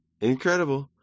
Incredible